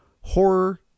horror